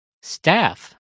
Staff